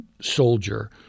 soldier